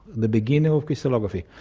the beginning of crystallography,